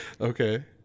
Okay